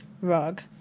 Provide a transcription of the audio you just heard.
Rug